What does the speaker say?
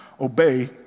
obey